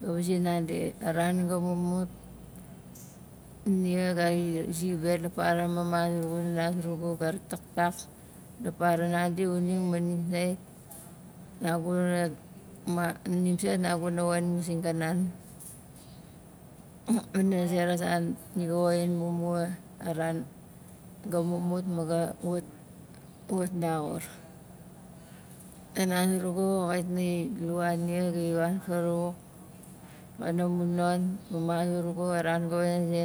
ga vaze nandi a ran ga mumut nia gai zi be la para mama zuurugu hana zurugu ga rataktak la para nandi xxuning ma nim zait naguna ma- nim zait naguna woxin masing kanan wa- wana zera zan nia ga woxin mumua aran ga mumut ma ga wat- wat laxur nana zurugu xait nai lua nia gai wan farauwak pana mun non mama zurugu a ran ga we zi